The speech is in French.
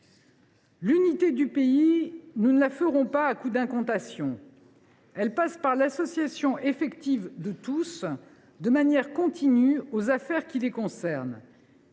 L’unité du pays, nous ne la ferons pas à coups d’incantations. Elle passe par l’association effective de tous, de manière continue, aux affaires qui les concernent.